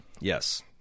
Yes